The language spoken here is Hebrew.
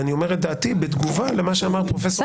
ואני אומר את דעתי בתגובה למה שאמר פרופ' אלבשן.